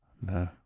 No